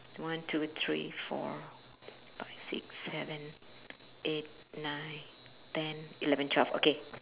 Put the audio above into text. one two three four five six seven eight nine ten eleven twelve okay